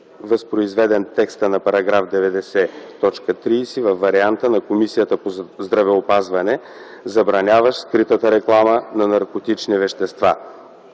възпроизведен текстът на § 90, т. 30 във варианта на Комисията по здравеопазване (забраняващ скритата реклама на наркотични вещества).